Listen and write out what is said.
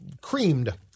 creamed